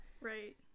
right